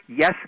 yes